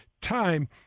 time